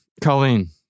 Colleen